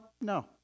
no